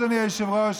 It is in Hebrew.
אדוני היושב-ראש,